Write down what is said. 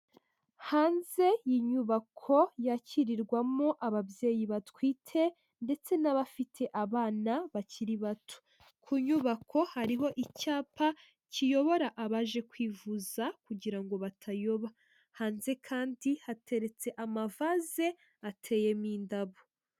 Hanze y'inyubako yakirirwamo ababyeyi batwite ndetse n'abafite abana bakiri bato ku nyubako hariho icyapa kiyobora abaje kwivuza kugira ngo batayoba, hanze kandi hateretse amavase ateye mo indabo.